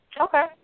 Okay